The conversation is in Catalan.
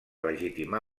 legitimar